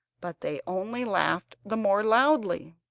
but they only laughed the more loudly.